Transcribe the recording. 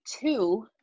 two